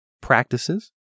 practices